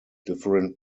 different